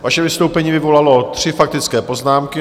Vaše vystoupení vyvolalo tři faktické poznámky.